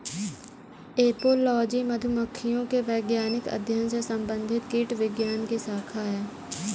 apiology मधुमक्खियों के वैज्ञानिक अध्ययन से संबंधित कीटविज्ञान की शाखा है